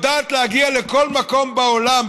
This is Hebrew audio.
יודעת להגיע לכל מקום בעולם,